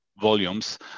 volumes